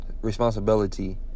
Responsibility